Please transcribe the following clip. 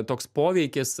toks poveikis